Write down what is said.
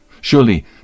Surely